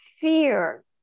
fear